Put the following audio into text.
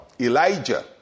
Elijah